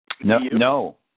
No